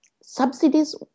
Subsidies